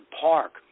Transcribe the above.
Park